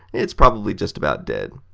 its probably just about dead.